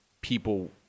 people